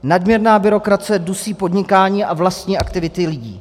Nadměrná byrokracie dusí podnikání a vlastní aktivity lidí.